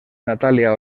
natalia